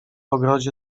ogrodzie